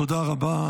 תודה רבה.